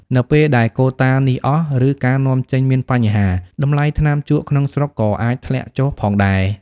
នៅពេលដែលកូតានេះអស់ ឬការនាំចេញមានបញ្ហា តម្លៃថ្នាំជក់ក្នុងស្រុកក៏អាចធ្លាក់ចុះផងដែរ។